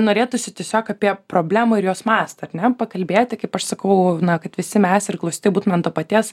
norėtųsi tiesiog apie problemą ir jos mastą ar ne pakalbėti kaip aš sakau kad visi mes ir klausytojai būtume ant to paties